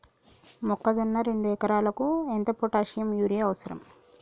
మొక్కజొన్న రెండు ఎకరాలకు ఎంత పొటాషియం యూరియా అవసరం?